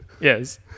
Yes